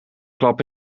klap